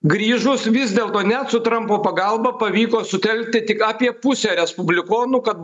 grįžus vis dėlto net su trampo pagalba pavyko sutelkti tik apie pusę respublikonų kad